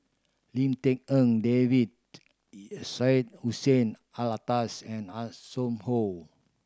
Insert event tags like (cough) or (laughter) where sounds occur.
Lim Tik En David (unintelligible) Syed Hussein Alatas and Hanson Ho